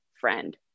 friend